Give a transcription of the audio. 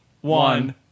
one